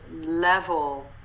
level